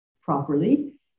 properly